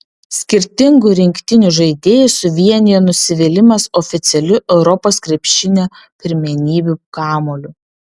skirtingų rinktinių žaidėjus suvienijo nusivylimas oficialiu europos krepšinio pirmenybių kamuoliu